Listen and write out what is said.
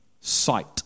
sight